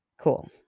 Cool